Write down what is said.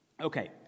okay